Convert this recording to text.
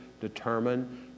determine